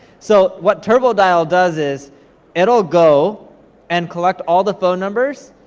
so what turbodial does is it'll go and collect all the phone numbers,